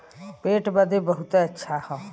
पेट बदे बहुते अच्छा हौ